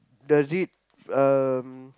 does it um